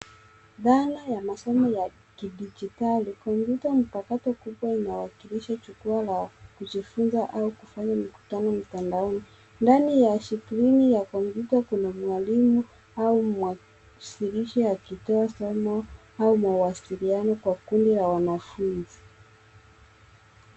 Dhana ya masomo ya kidijitali. Kompyuta mpakato kubwa inawakilisha jukwaa la kujifunza au kufanya mikutano mitandaoni. Ndani ya skrini ya kompyuta kuna mwalimu au mwasilishi akitoa somo, au mawasiliano kwa kundi ya wanafunzi.